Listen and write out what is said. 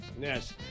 Yes